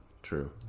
True